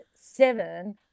seven